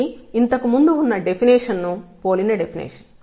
ఇది ఇంతకు ముందు ఉన్న డెఫినిషన్ ను పోలిన డెఫినిషన్